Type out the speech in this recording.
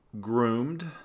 groomed